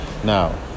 Now